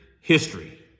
history